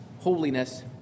holiness